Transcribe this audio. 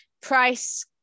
price